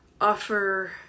offer